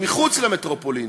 שמחוץ למטרופולינים?